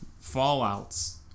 Fallout's